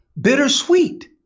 Bittersweet